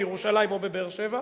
או בירושלים או בבאר-שבע.